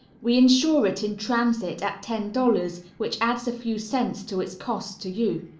we insure it in transit at ten dollars, which adds a few cents to its cost to you.